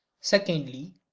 Secondly